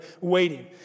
waiting